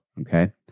Okay